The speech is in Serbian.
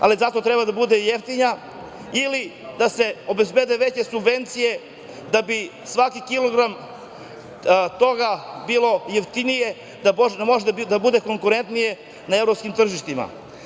Zato treba da bude i jeftina ili da se obezbede veće subvencije da bi svaki kilogram toga bio jeftiniji, da može da bude konkurentnije na evropskim tržištima.